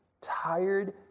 tired